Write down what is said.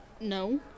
No